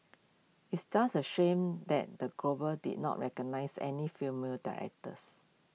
it's just A shame that the Globes did not recognise any female directors